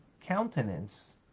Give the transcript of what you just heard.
countenance